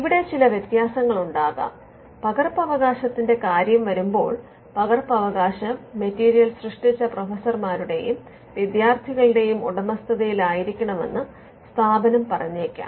ഇവിടെ ചില വ്യത്യാസങ്ങൾ ഉണ്ടാകാം പകർപ്പവകാശത്തിന്റെ കാര്യം വരുമ്പോൾ പകർപ്പവകാശം മെറ്റീരിയൽ സൃഷ്ടിച്ച പ്രൊഫസർമാരുടെയും വിദ്യാർത്ഥികളുടെയും ഉടമസ്ഥതയിലായിരിക്കുമെന്ന് സ്ഥാപനം പറഞ്ഞേക്കാം